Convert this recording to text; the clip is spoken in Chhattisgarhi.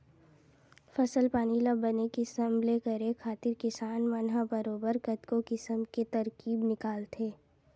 फसल पानी ल बने किसम ले करे खातिर किसान मन ह बरोबर कतको किसम के तरकीब निकालथे